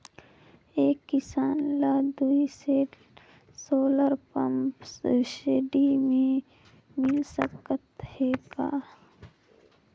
एक किसान ल दुई सेट सोलर पम्प सब्सिडी मे मिल सकत हे का?